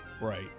Right